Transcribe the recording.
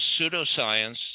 pseudoscience